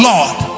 Lord